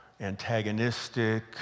antagonistic